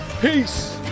Peace